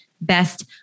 best